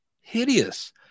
hideous